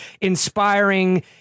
inspiring